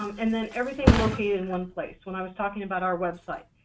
and then everything located in one place when i was talking about our website,